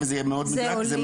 אני רק אומר שזה חשוב וטוב.